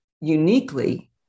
uniquely